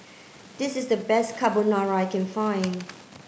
this is the best Carbonara I can find